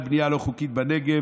לבנייה לא חוקית בנגב,